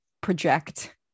project